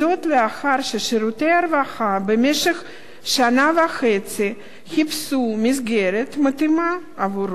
לאחר ששירותי הרווחה חיפשו במשך שנה וחצי מסגרת מתאימה עבורו.